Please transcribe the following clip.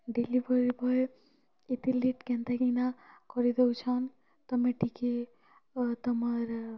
delivery boy ଏତେ late କେନ୍ତା କିନା କରି ଦଉଛନ୍ ତମେ ଟିକେ ତମର୍